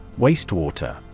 Wastewater